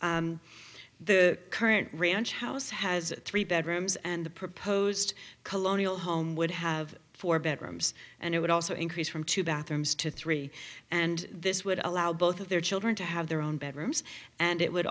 the current ranch house has three bedrooms and the proposed colonial home would have four bedrooms and it would also increase from two bathrooms to three and this would allow both of their children to have their own bedrooms and it would